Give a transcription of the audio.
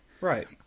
Right